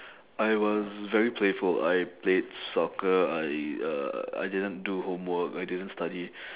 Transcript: I was very playful I played soccer I uh I didn't do homework I didn't study